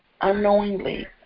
unknowingly